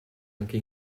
anche